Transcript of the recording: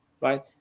right